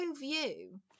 view